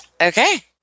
Okay